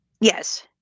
Yes